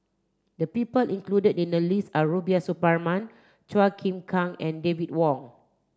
the people included in the list are Rubiah Suparman Chua Chim Kang and David Wong